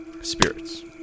spirits